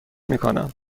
میکنم